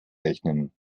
rechnen